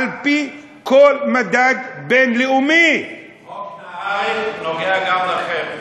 על-פי כל מדד בין-לאומי חוק נהרי נוגע גם בכם.